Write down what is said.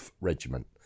Regiment